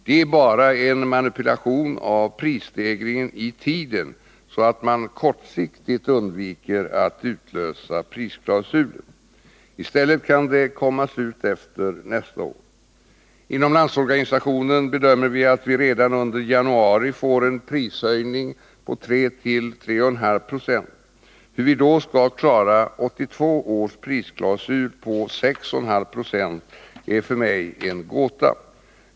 Det är bara en manipulation av prisstegringen i tiden, så att man kortsiktigt undviker att utlösa prisklausulen. I stället kan det komma surt efter nästa år. I LO bedömer vi att vi redan under januari får en prishöjning på 3-3,5 70. Hur vi då skall klara 1982 års prisklausul på 6,5 96 är för mig en gåta.